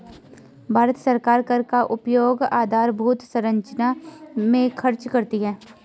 भारत सरकार कर का उपयोग आधारभूत संरचना में खर्च करती है